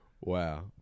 Wow